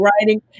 writing